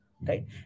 right